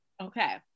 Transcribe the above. Okay